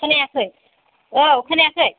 खोनायाखै औ खोनायाखै